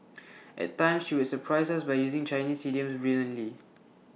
at times she would surprise us by using Chinese idioms brilliantly